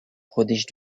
prodige